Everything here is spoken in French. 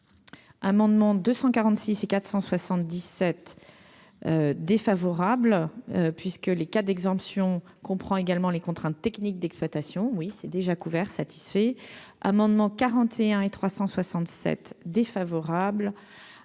amendement 246 et 477 défavorable puisque les cas d'exemption comprend également les contraintes techniques d'exploitation oui c'est déjà couvert satisfait amendement 41 et 367 défavorables,